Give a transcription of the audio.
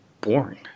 boring